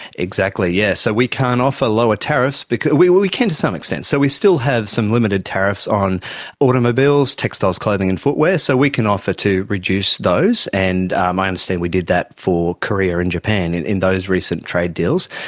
exactly, yes. so we can't offer lower tariffs because, well, we we can to some extent. so we still have some limited tariffs on automobiles, textiles, clothing and footwear, so we can offer to reduce those, and um i understand we did that for korea and japan in in those recent trade deals.